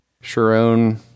sharon